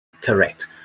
Correct